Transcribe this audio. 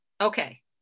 Okay